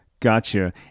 Gotcha